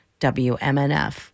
WMNF